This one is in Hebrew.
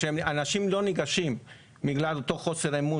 שאנשים לא ניגשים בגלל אותו חוסר אמון